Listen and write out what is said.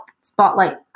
spotlight